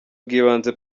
bw’ibanze